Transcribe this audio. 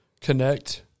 Connect